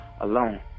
alone